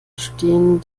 stehen